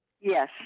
Yes